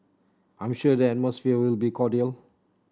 I'm sure the atmosphere will be cordial